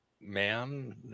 Man